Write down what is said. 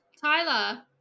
tyler